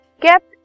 kept